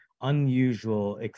unusual